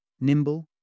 Nimble